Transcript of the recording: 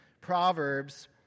Proverbs